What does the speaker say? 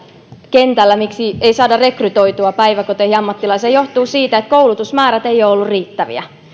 kentällä miksi ei saada rekrytoitua päiväkoteihin ammattilaisia johtuu siitä että koulutusmäärät eivät ole olleet riittäviä